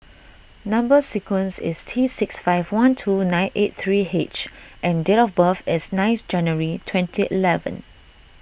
Number Sequence is T six five one two nine eight three H and date of birth is ninth January twenty eleven